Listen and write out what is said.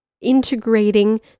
integrating